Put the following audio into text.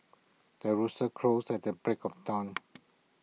the rooster crows at the break of dawn